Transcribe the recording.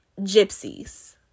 gypsies